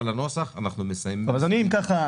אם כך,